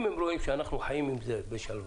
אם הם רואים שאנחנו חיים עם זה בשלווה,